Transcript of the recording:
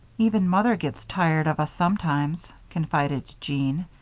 even mother gets tired of us sometimes, confided jean.